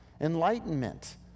Enlightenment